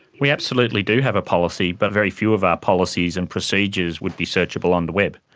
we absolutely do have a policy but very few of our policies and procedures would be searchable on the web.